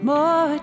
More